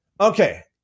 Okay